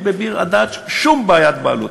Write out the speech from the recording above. אין בביר-הדאג' שום בעיית בעלות.